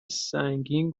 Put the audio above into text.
سنگین